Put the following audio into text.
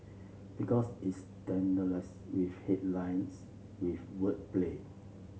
because it's saturats with headlines with wordplay